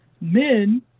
men